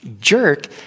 jerk